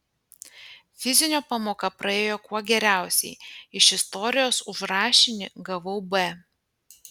fizinio pamoka praėjo kuo geriausiai iš istorijos už rašinį gavau b